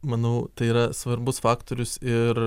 manau tai yra svarbus faktorius ir